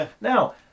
Now